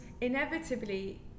inevitably